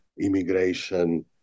immigration